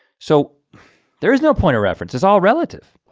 so there's no point of reference. it's all relative.